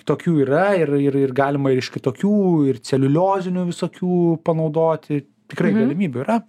tokių yra ir ir galima ir iš kitokių ir celiuliozinių visokių panaudoti tikrai galimybių yra